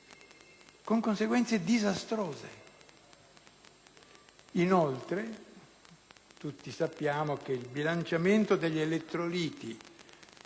con conseguenze disastrose. Inoltre, tutti sappiamo che il bilanciamento degli elettroliti